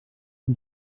und